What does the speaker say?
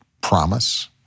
promise